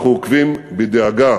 אנחנו עוקבים בדאגה